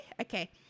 okay